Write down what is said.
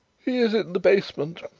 he is in the basement,